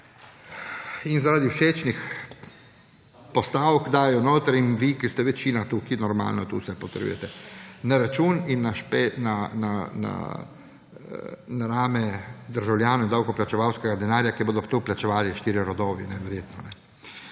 in zaradi všečnih postavk dajejo noter in vi, ki ste večina tukaj, normalno to vse potrjujete na račun in na rame državljanov, davkoplačevalskega denarja, kar bodo verjetno plačevali štirje rodovi. To je